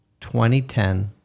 2010